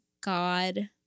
God